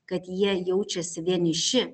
kad jie jaučiasi vieniši